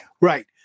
Right